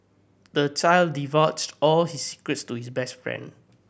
the child divulged all his secrets to his best friend